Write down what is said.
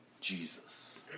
Jesus